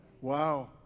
Wow